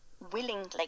willingly